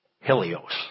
Helios